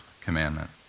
commandment